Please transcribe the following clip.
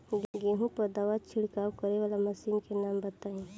गेहूँ पर दवा छिड़काव करेवाला मशीनों के नाम बताई?